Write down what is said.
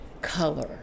color